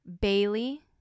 Bailey